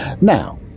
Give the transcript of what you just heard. now